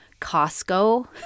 Costco